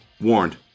warned